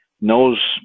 knows